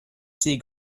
sea